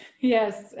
Yes